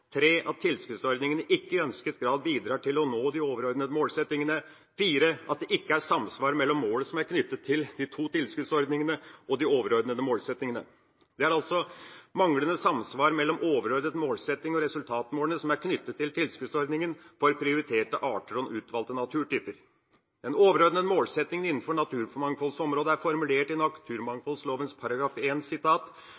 At tilskuddsordningene ikke i ønsket grad bidrar til å nå de overordnete målsettingene. At det ikke er samsvar mellom målet som er knyttet til de to tilskuddsordningene og de overordnete målsettingene. Det er altså manglende samsvar mellom overordnet målsetting og resultatmålene som er knyttet til tilskuddsordningene for prioriterte arter og utvalgte naturtyper. Den overordnete målsettingen innenfor naturmangfoldsområdet er formulert i